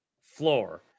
floor